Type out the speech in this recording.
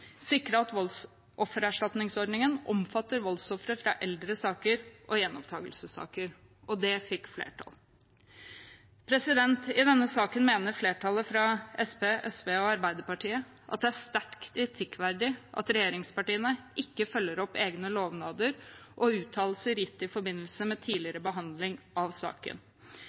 sikre at voldsoffererstatningsordningen omfatter voldsofre fra eldre saker og gjenopptakelsessaker.» Det fikk flertall. I denne saken mener flertallet fra Senterpartiet, SV og Arbeiderpartiet at det er sterkt kritikkverdig at regjeringspartiene ikke følger opp egne lovnader og uttalelser gitt i forbindelse med tidligere behandling av saken.